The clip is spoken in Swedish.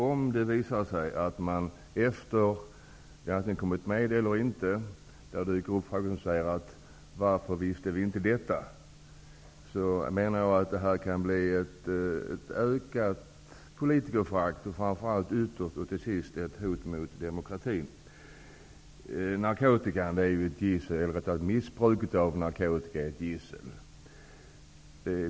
Om det visar sig att det dyker upp frågor om varför man inte kände till detta efter att Sverige har blivit medlem i EG, menar jag att det kan leda till ett ökat politikerförakt och ett hot mot demokratin. Missbruket av narkotika är ett gissel.